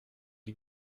die